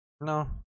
No